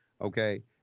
okay